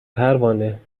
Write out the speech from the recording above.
پروانه